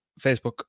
Facebook